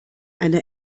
einer